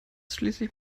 schließlich